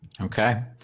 Okay